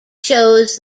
shows